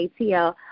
ATL